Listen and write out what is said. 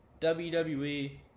WWE